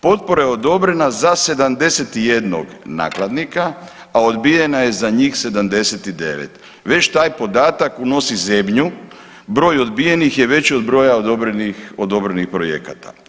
Potpora je odobrena za 71 nakladnika, a odbijena je za njih 79, već taj podatak unosi zebnju, broj odbijenih je veći od broja odobrenih projekata.